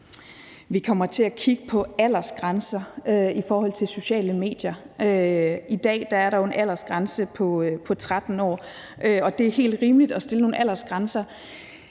Vi kommer til at kigge på aldersgrænser i forhold til sociale medier. I dag er der jo en aldersgrænse på 13 år, og det er helt rimeligt at sætte nogle aldersgrænser.